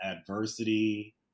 adversity